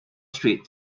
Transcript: street